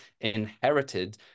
inherited